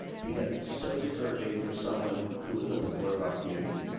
because it's so deserving for someone who is a pillar of our community.